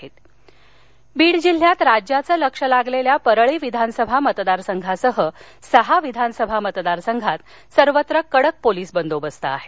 मतदान वीड बीड जिल्ह्यात राज्याचे लक्ष लागलेल्या परळी विधानसभा मतदारसंघासह सहा विधानसभामतदार संघात सर्वत्र कडक पोलीस बंदोबस्त आहे